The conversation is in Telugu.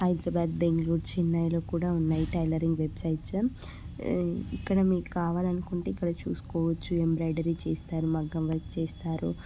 హైదరాబాద్ బెంగళూరు చెన్నైలో కూడా ఉన్నాయి టైలరింగ్ వెబ్సైట్స్ ఇక్కడ మీకు కావాలనుకుంటే ఇక్కడ చూసుకోవచ్చు ఎంబ్రాయిడరీ చేస్తారు మగ్గం వర్క్ చేస్తారు